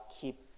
keep